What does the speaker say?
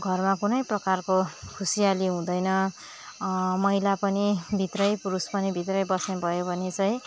घरमा कुनै प्रकारको खुसीयाली हुँदैन महिला पनि भित्रै पुरुष पनि भित्रै बस्ने भयो भनी चाहिँ